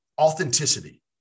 authenticity